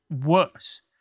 worse